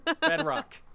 Bedrock